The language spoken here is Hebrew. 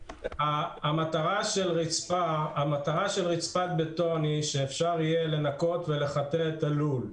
המטרה של רצפת בטון היא שאפשר יהיה לנקות ולחטא את הלול.